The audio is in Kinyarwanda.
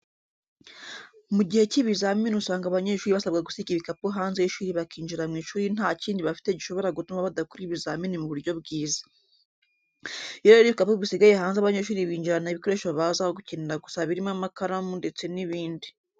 Mu gihe cy'ibizamini usanga abanyeshuri basabwa gusiga ibikapu hanze y'ishuri bakinjira mu ishuri nta kindi bafite gishobora gutuma badakora ibizamini mu buryo bwiza. Iyo rero ibikapu bisigaye hanze abanyeshuri binjirana ibikoresho baza gukenera gusa birimo amakaramu ndetse n'ibindi.